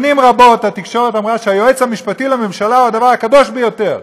שנים רבות התקשורת אמרה שהיועץ המשפטית לממשלה הוא הדבר הקדוש ביותר,